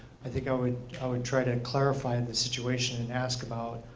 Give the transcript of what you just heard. i think i would ah and try to clarify and the situation, and ask about